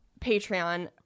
patreon